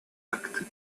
actes